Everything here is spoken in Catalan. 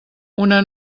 una